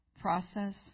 Process